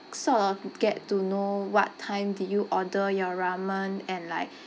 sort of get to know what time did you order your ramen and like